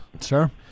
sure